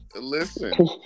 Listen